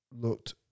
looked